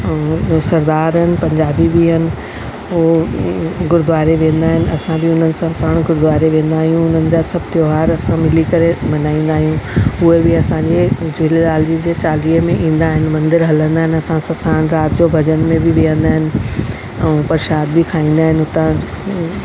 ऐं उहे सरदार आहिनि पंजाबी बि आहिनि हू गुरुद्वारे वेंदा आहिनि असां बि उन्हनि सां साणु गुरुद्वारे वेंदा आहियूं उन्हनि जा सभु तहिवार असां मिली करे मनाईंदा आहियूं उहे बि असांजे झूलेलाल जी जे चालीहे में ईंदा आहिनि मंदर हलंदा आहिनि असां सां साणु राति जो भॼन में बि विहंदा आहिनि ऐं प्रशाद बि खाईंदा आहिनि उतां